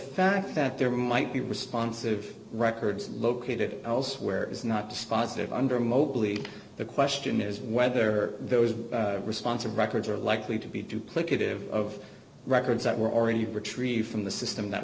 fact that there might be responsive records located elsewhere is not dispositive under mobley the question is whether there was a response of records are likely to be duplicative of records that were already retrieved from the system that